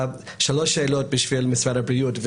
שלוש שאלות למשרד הבריאות,